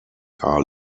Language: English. are